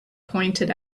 pointed